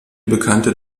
bekannte